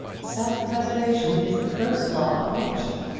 self-preservation is the first law of nature,